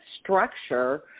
structure